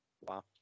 wow